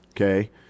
okay